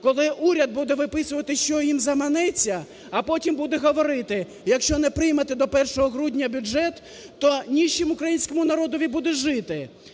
коли уряд буде виписувати, що їм заманеться, а потім буде говорити: "Якщо не приймете до 1 грудня бюджет, то ні з чим українському народові буде жити.